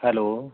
hello